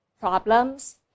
problems